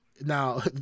Now